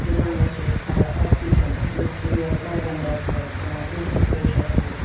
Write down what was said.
دِوان حظ چھِ اَسہِ ہَوا آکسیجَن أسۍ حظ چھِ یورٕ کاربَن ڈایی آکسایِڈ ترٛاوان تمہِ سۭتۍ تہِ حظ چھِ اَسہِ